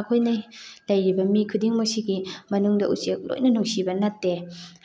ꯑꯩꯈꯣꯏꯅ ꯂꯩꯔꯤꯕ ꯃꯤ ꯈꯨꯗꯤꯡꯃꯛꯁꯤꯒꯤ ꯃꯅꯨꯡꯗ ꯎꯆꯦꯛ ꯂꯣꯏꯅ ꯅꯨꯡꯁꯤꯕ ꯅꯠꯇꯦ